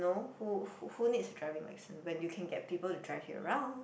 no who who who needs a driving license when you can get people to drive you around